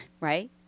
right